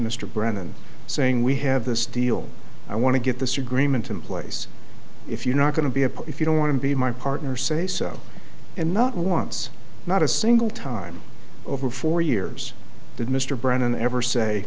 mr brennan saying we have this deal i want to get this your green mint in place if you're not going to be a part if you don't want to be my partner say so and not once not a single time over four years did mr brennan ever say